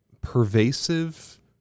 pervasive